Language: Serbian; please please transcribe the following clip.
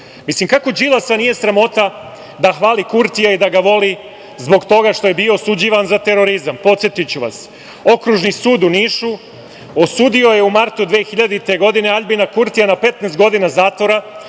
Mislim, kako Đilasa nije sramota da hvali Kurtija i da ga voli zbog toga što je bi osuđivan za terorizam? Podsetiću vas, Okružni sud u Nišu osudio je u martu 2000. godine Aljbina Kurtija na 15 godina zatvora